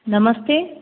नमस्ते